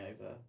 over